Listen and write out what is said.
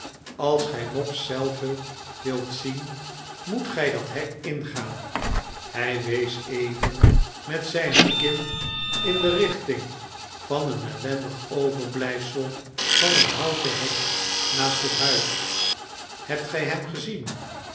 als gij mopes zelven wilt zien moet gij dat hek ingaan hy wees even met zijne kin in de richting van een ellendig overblyfsel van een houten hek naast het huis hebt p hem gezien